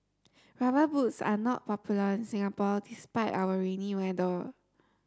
rubber boots are not popular in Singapore despite our rainy weather